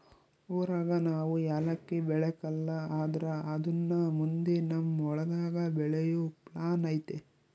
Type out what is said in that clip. ಊರಾಗ ನಾವು ಯಾಲಕ್ಕಿ ಬೆಳೆಕಲ್ಲ ಆದ್ರ ಅದುನ್ನ ಮುಂದೆ ನಮ್ ಹೊಲದಾಗ ಬೆಳೆಯೋ ಪ್ಲಾನ್ ಐತೆ